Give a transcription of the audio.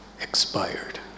expired